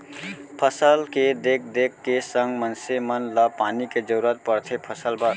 फसल के देख देख के संग मनसे मन ल पानी के जरूरत परथे फसल बर